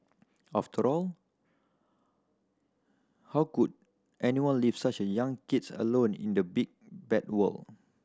after all how could anyone leave such young kids alone in the big bad world